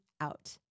out